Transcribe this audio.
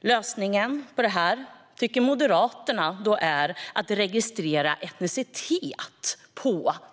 Lösningen på detta tycker Moderaterna är att registrera dessa mäns etnicitet.